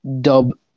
dub